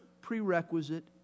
prerequisite